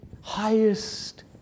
Highest